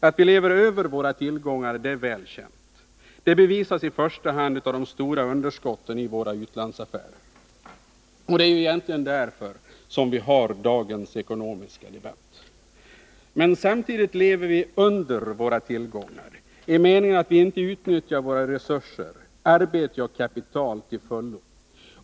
Att vi lever över våra tillgångar är väl känt. Det bevisas i första hand av de stora underskotten i våra utlandsaffärer. Det är ju egentligen därför som vi har dagens ekonomiska debatt. Men samtidigt lever vi under våra tillgångar i den meningen att vi inte utnyttjar våra resurser, arbete och kapital, till fullo.